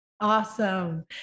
Awesome